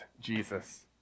Jesus